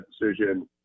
decision